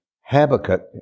Habakkuk